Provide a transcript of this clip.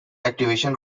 activation